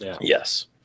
yes